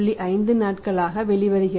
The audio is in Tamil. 5 நாட்களாக வெளிவருகிறது